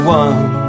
one